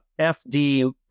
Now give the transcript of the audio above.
FD